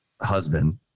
husband